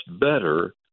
BETTER